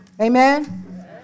Amen